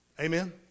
Amen